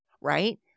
right